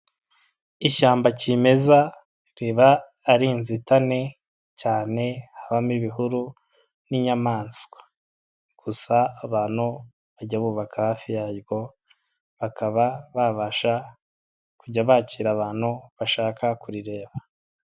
Ishyamba kimeza riba ari inzitane cyane habamo ibihuru n'inyamanswa, gusa abantu bajya bubaka hafi yaryo bakaba babasha kujya bakira abantu bashaka kurireba.